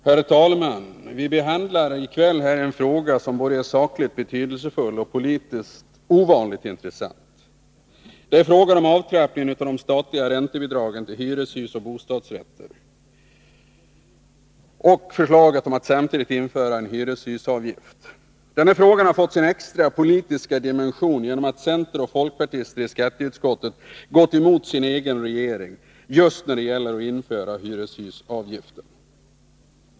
Herr talman! Vi behandlar i kväll en fråga som är både sakligt betydelsefull och politiskt ovanligt intressant. Det är frågan om avtrappningen av de statliga räntebidragen till hyreshus och bostadsrätter och förslaget att samtidigt införa en hyreshusavgift. Denna fråga har fått en extra politisk dimension genom att centeroch folkpartister i skatteutskottet gått emot sin egen regering just när det gäller att införa hyreshusavgiften.